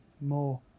more